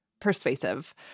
persuasive